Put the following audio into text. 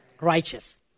Righteous